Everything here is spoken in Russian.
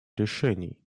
решений